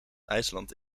ijsland